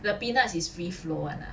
the peanuts is free flow [one] ah